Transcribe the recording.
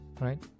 Right